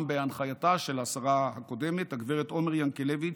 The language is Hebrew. גם בהנחייתה של השרה הקודמת הגב' עומר ינקלביץ',